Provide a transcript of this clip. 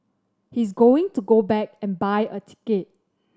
he's going to go back and buy a ticket